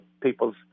people's